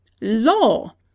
Law